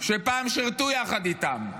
שפעם שירתו יחד איתם,